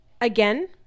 Again